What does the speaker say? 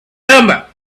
number